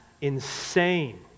insane